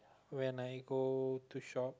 when I go to shop